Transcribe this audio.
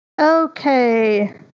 Okay